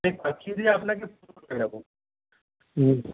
আমি পাঠিয়ে দিয়ে আপনাকে ফোন করে দেব হুম